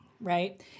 right